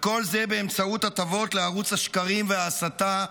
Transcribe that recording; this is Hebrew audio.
וכל זה באמצעות הטבות לערוץ השקרים וההסתה,